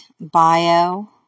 bio